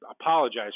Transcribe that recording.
apologize